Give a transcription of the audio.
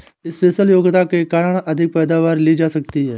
special योग्यता के कारण अधिक पैदावार ली जा सकती है